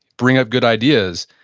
bring up good ideas.